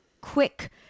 quick